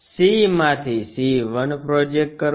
c માંથી c 1 project કરો